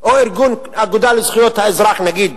או האגודה לזכויות האזרח, נגיד,